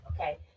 Okay